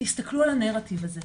תסתכלו על הנרטיב הזה: